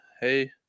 hey